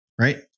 Right